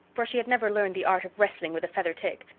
for she had never learned the art of wrestling with a feather tick.